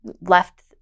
left